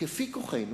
כפי כוחנו